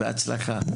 בהצלחה.